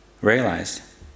realized